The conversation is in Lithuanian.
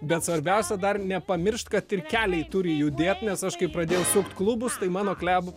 bet svarbiausia dar nepamiršt kad ir keliai turi judėt nes aš kai pradėjau sukt klubus tai mano kleb